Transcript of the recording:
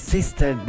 Sister